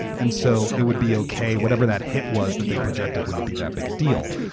and so it would be okay. whatever that hit was that they projected wouldn't be that big a deal.